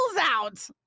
out